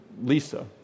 Lisa